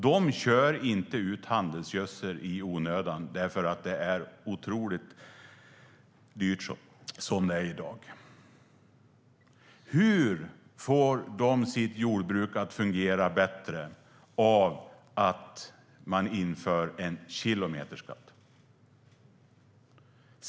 De kör inte ut handelsgödsel i onödan, eftersom det är otroligt dyrt som det är i dag. Hur får de sitt jordbruk att fungera bättre av att man inför en kilometerskatt?